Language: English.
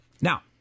Now